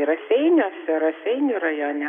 raseiniuose raseinių rajone